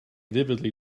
vividly